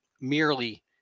merely